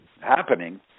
happening